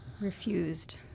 Refused